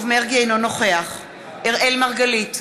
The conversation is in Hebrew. אינו נוכח אראל מרגלית,